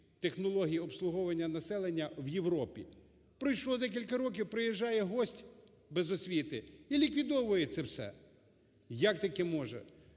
технологій обслуговування населення у Європі. Пройшло декілька років, приїжджає гость без освіти і ліквідовує це все! Як таке може?